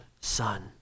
son